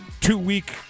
two-week –